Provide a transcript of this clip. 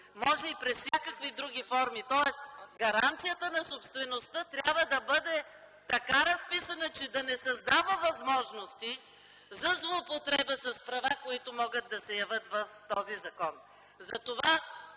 може и под всякакви други форми. Тоест гаранцията на собствеността трябва да бъда така разписана, че да не създава възможности за злоупотреба с права, които може да се появят в този закон.